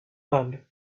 and